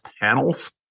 panels